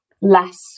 less